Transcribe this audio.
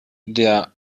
der